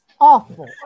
awful